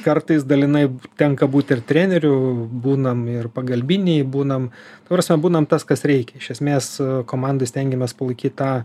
kartais dalinai tenka būt ir treneriu būnam ir pagalbiniai būnam ta prasme būnam tas kas reikia iš esmės komandoj stengiamės palaikyt tą